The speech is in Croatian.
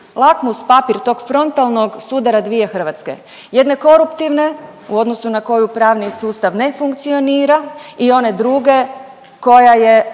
lakmus papir tog frontalnog sudara dvije Hrvatske. Jedne koruptivne u odnosu na koju pravni sustav ne funkcionira i one druge koja je